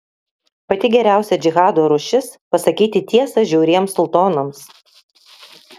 pati geriausia džihado rūšis pasakyti tiesą žiauriems sultonams